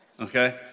Okay